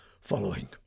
following